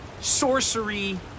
sorcery